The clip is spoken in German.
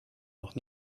noch